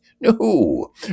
No